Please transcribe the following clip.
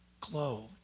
glow